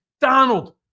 Donald